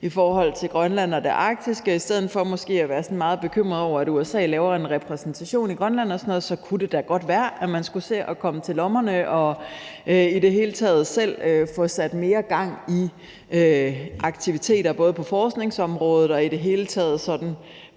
i forhold til Grønland og det arktiske, og i stedet for måske at være meget bekymret over, at USA laver en repræsentation i Grønland og sådan noget, kunne det da godt være, at man skulle se at komme til lommerne og i det hele taget selv få sat mere gang i aktiviteter på både forskningsområdet og i det hele taget på